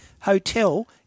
Hotel